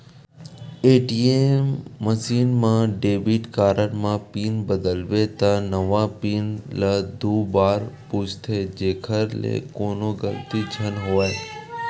ATM machine म debit card म pin बदलबे त नवा पिन ल दू बार पूछथे जेखर ले कोनो गलती झन होवय